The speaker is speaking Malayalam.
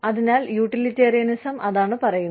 അതിനാൽ യൂട്ടിലിറ്റേറിയനിസം അതാണ് പറയുന്നത്